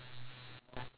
number two